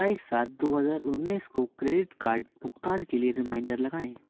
सत्ताईस सात दो हज़ार उन्नीस को क्रेडिट कार्ड भुगतान के लिए रिमाइंडर लगाएँ